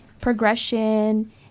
progression